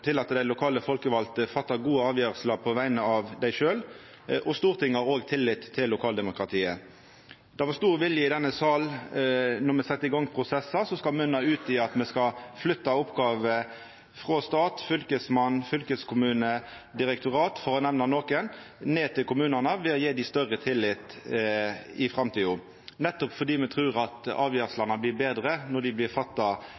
til at dei lokale folkevalde fattar gode avgjersler på vegner av dei sjølve, og Stortinget har òg tillit til lokaldemokratiet. Det var stor vilje i denne salen då me sette i gang prosessar som skal munna ut i at me skal flytta oppgåver frå stat, fylkesmann, fylkeskommune og direktorat, for å nemna nokre, ned til kommunane ved å gje dei større tillit i framtida, nettopp fordi me trur at avgjerslene blir betre når dei blir fatta